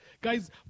Guys